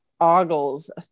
ogles